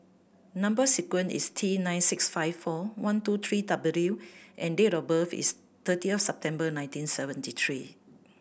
number sequence is T nine six five four one two three W and date of birth is thirtieth September nineteen seventy three